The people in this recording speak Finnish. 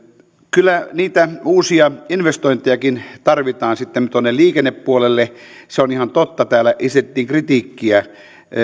kyllä niitä uusia investointejakin tarvitaan sitten tuonne liikennepuolelle se on ihan totta täällä esitettiin kritiikkiä